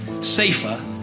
safer